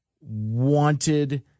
wanted